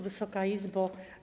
Wysoka Izbo!